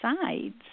sides